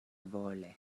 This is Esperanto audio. vole